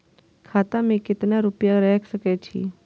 खाता में केतना रूपया रैख सके छी?